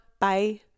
Bye